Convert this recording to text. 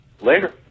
later